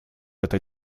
этой